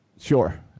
Sure